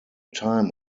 time